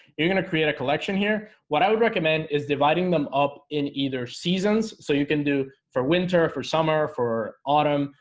you're gonna create a collection here what i would recommend is dividing them up in either seasons so you can do for winter for summer for autumn,